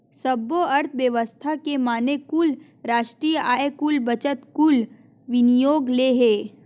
सब्बो अर्थबेवस्था के माने कुल रास्टीय आय, कुल बचत, कुल विनियोग ले हे